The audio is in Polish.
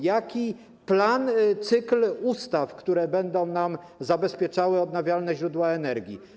Jaki jest plan, cykl ustaw, które będą nam zabezpieczały odnawialne źródła energii?